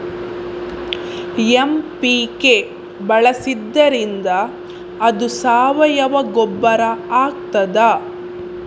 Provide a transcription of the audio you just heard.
MPK ಬಳಸಿದ್ದರಿಂದ ಅದು ಸಾವಯವ ಗೊಬ್ಬರ ಆಗ್ತದ?